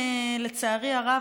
לצערי הרב,